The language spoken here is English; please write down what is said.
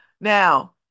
Now